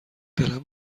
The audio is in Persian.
دلم